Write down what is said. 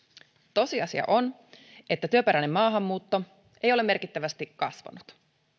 tosiasia on että työperäinen maahanmuutto ei ole merkittävästi kasvanut